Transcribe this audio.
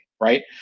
right